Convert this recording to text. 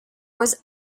was